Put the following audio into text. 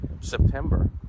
September